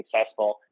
successful